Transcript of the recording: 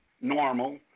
normal